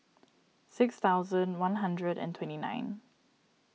six thousand one hundred and twenty nine